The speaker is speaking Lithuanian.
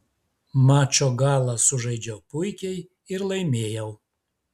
mačo galą sužaidžiau puikiai ir laimėjau